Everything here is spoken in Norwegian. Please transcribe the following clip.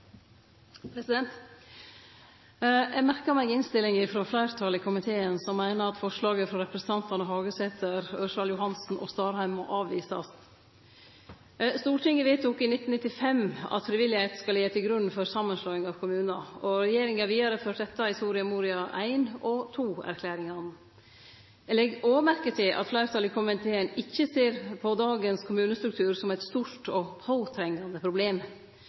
gå. Eg merkar meg innstillinga frå fleirtalet i komiteen, som meiner at forslaget frå representantane Hagesæter, Ørsal Johansen og Starheim må avvisast. Stortinget vedtok i 1995 at frivilligheit skal liggje til grunn for samanslåing av kommunar, og regjeringa har vidareført dette i Soria Mora I - og Soria Moria II-erklæringane. Eg legg òg merke til at fleirtalet i komiteen ikkje ser på dagens kommunestruktur som eit stort og påtrengande problem.